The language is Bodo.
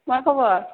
मा खब'र